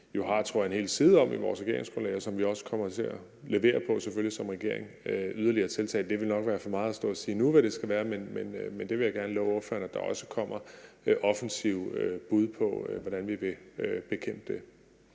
jo har, tror jeg, en hel side om i vores regeringsgrundlag, og som vi selvfølgelig også kommer til at levere på som regering i form af yderligere tiltag. Det vil nok være for meget at stå og sige nu, hvad det skal være, men jeg vil gerne love ordføreren, der også kommer offensive bud på, hvordan vi vil bekæmpe det.